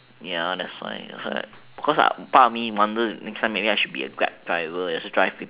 ya that's why that's why cause I part me wonder maybe next time I should be a grab driver and drive people